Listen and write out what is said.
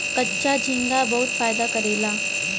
कच्चा झींगा बहुत फायदा करेला